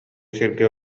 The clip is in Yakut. сиргэ